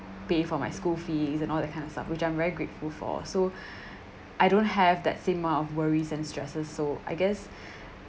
pay for my school fees and all that kind of stuff which I'm very grateful for so I don't have that same amount of worries and stresses so I guess